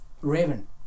Raven